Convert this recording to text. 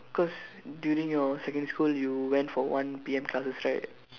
cause during your secondary school you went for one P_M classes right